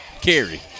carry